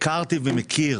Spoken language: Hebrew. הכרתי ואני מכיר.